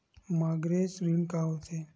Mortgage ऋण का होथे?